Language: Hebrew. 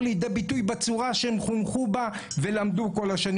לידי ביטוי בצורה שהם חונכו בה ולמדו כל השנים.